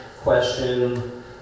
question